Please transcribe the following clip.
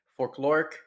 folkloric